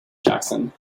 jackson